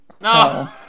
No